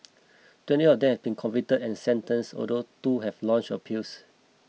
twenty of them been convicted and sentenced although two have launched appeals